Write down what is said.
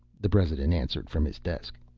the president answered from his desk.